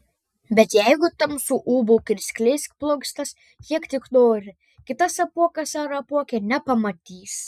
bet jeigu tamsu ūbauk ir skleisk plunksnas kiek tik nori kitas apuokas ar apuokė nepamatys